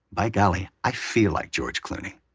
by golly, i feel like george clooney,